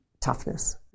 toughness